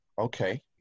okay